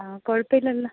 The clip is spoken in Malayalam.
ആ കുഴപ്പമില്ലല്ലേ